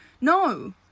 no